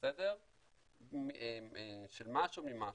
של משהו ממשהו.